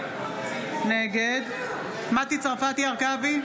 נגד מטי צרפתי הרכבי,